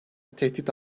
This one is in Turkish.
tehdit